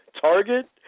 target